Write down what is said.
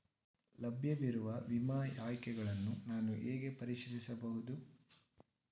ಲಭ್ಯವಿರುವ ವಿಮಾ ಆಯ್ಕೆಗಳನ್ನು ನಾನು ಹೇಗೆ ಪರಿಶೀಲಿಸಬಹುದು?